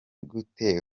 gute